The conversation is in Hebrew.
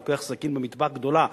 לוקח סכין מטבח גדולה,